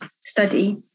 study